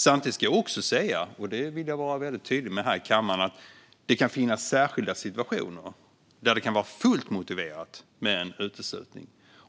Samtidigt ska jag också säga - och det vill jag vara väldigt tydlig med här i kammaren - att det kan finnas särskilda situationer där det kan vara fullt motiverat med en uteslutning.